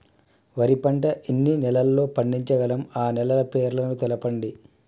వరి పంట ఎన్ని నెలల్లో పండించగలం ఆ నెలల పేర్లను తెలుపండి?